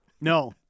No